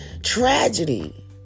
tragedy